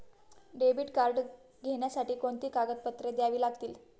Debit card घेण्यासाठी कोणती कागदपत्रे द्यावी लागतात?